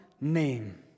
name